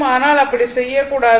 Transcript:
ஆனால் அப்படி செய்யக்கூடாது